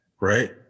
right